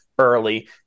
early